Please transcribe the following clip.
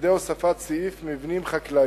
על-ידי הוספת סעיף "מבנים חקלאיים".